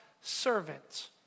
servants